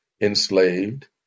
enslaved